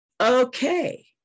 okay